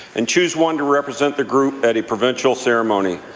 and choose one to represent the group at a provincial ceremony.